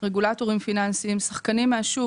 רגולטורים פיננסיים, שחקנים מהשוק.